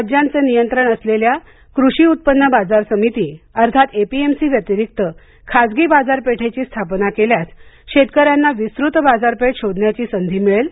राज्यांचे नियंत्रण असलेल्या कृषी उत्पन्न बाजार समिती अर्थात ए पी एम सी व्यतिरिक्त खासगी बाजारपेठेची स्थापना केल्यास शेतकऱ्यांना विस्तृत बाजारपेठ शोधण्याची संधी मिळेल